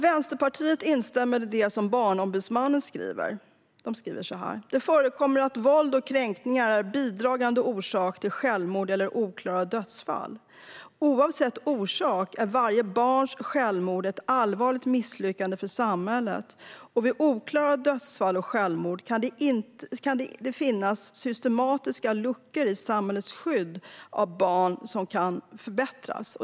Vänsterpartiet instämmer i det som Barnombudsmannen skriver: Det förekommer att våld och kränkningar är bidragande orsaker till självmord eller oklara dödsfall. Oavsett orsak är varje barns självmord ett allvarligt misslyckande för samhället, och vid oklara dödsfall och självmord kan det finnas systematiska luckor i samhällets skydd av barn som kan förbättras.